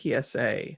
PSA